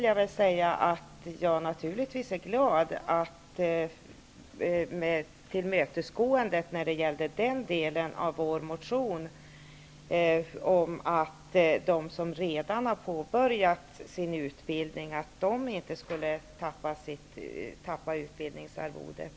Jag är naturligtvis glad över tillmötesgåendet av vår motion i den del som gäller att de som redan har påbörjat sin utbildning inte skulle tappa utbildningsarvodet.